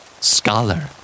Scholar